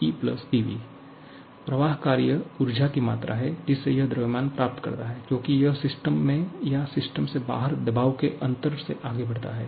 δmθδmePv प्रवाह कार्य ऊर्जा की मात्रा है जिसे यह द्रव्यमान प्राप्त करता है क्योंकि यह सिस्टम में या सिस्टम से बाहर दबाव के अंतर से आगे बढ़ता है